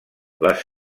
les